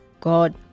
God